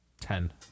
Ten